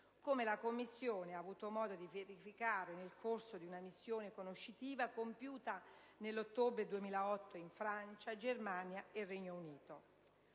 come la Commissione ha avuto modo di verificare nel corso di una missione conoscitiva compiuta nell'ottobre 2008 in Francia, Germania e Regno Unito.